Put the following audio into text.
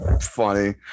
funny